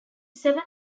seven